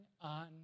on